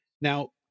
Now